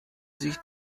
sich